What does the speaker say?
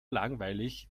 langweilig